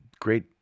great